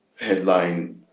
headline